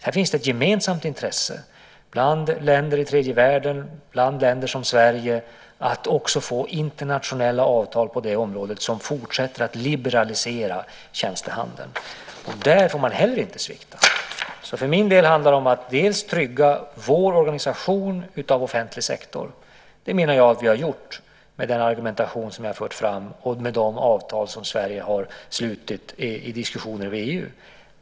Det finns ett gemensamt intresse hos länder i tredje världen och länder som Sverige att få internationella avtal på det området som fortsätter att liberalisera tjänstehandeln. Där får man heller inte svikta. För min del handlar det om att trygga vår organisation av offentlig sektor. Det menar jag att vi har gjort med den argumentation som jag har fört fram och med de avtal som Sverige har slutit i diskussioner med EU.